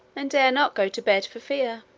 and dare not go to bed for fear.